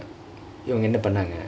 இவங்க என்ன பன்னங்க:ivangka enna pannaangka